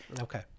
Okay